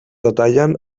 detallen